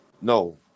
No